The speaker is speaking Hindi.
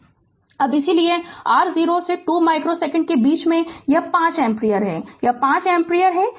अब इसलिए r 0 से 2 माइक्रो सेकेंड के बीच में यह 5 एम्पीयर है यह 5 एम्पीयर है